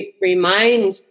remind